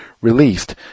released